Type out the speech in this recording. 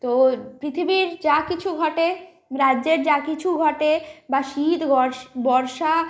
তো পৃথিবীর যা কিছু ঘটে রাজ্যের যা কিছু ঘটে বা শীত বর্ষা